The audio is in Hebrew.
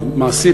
מעשית,